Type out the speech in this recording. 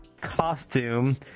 costume